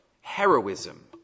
heroism